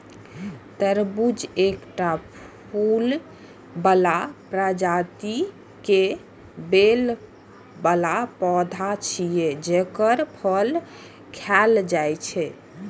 तरबूज एकटा फूल बला प्रजाति के बेल बला पौधा छियै, जेकर फल खायल जाइ छै